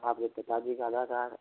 आपके पिताजी का आधार कार्ड